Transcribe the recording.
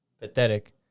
Pathetic